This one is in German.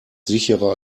sicherer